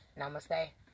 Namaste